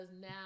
now